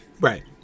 Right